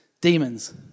demons